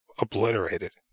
obliterated